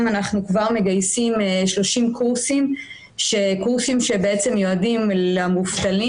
אנחנו כבר מגייסים 30 קורסים שמיועדים למובטלים